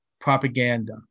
propaganda